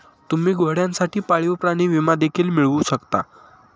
तुम्ही घोड्यांसाठी पाळीव प्राणी विमा देखील मिळवू शकता